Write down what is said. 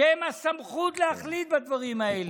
שהם הסמכות להחליט בדברים האלה.